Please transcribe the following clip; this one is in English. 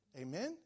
Amen